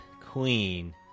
Queen